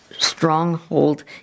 Stronghold